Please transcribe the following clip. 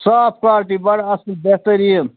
صاف کالٹی بَڈٕ اَصٕل بہتریٖن